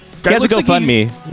GoFundMe